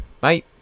Bye